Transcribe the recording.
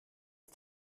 ist